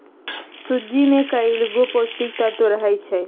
सूज्ज़ी में कएगो पौष्टिक तत्त्व रहै छइ